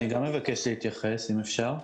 אני גם מבקש להתייחס, אם אפשר.